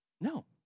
No